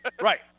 right